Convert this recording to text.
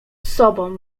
sobą